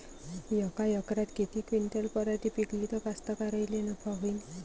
यका एकरात किती क्विंटल पराटी पिकली त कास्तकाराइले नफा होईन?